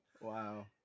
Wow